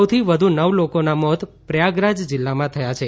સૌથી વધુ નવ લોકોના મોત પ્રયાગરાજ જિલ્લામાં થયા છે